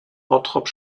bottrop